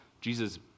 Jesus